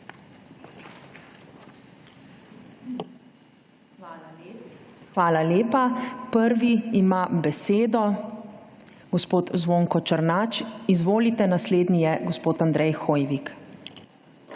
Hvala lepa. Prvi ima besedo gospod Zvonko Černač. Naslednji je gospod Andrej Hoivik.